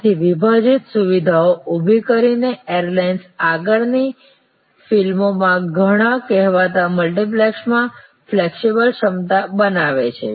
તેથી વિભાજિત સુવિધાઓ ઉભી કરીને એરલાઇન્સ આગળની ફિલ્મોમાં ઘણા કહેવાતા મલ્ટિપ્લેક્સમાં ફ્લેક્સિબલ ક્ષમતા બનાવે છે